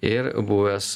ir buvęs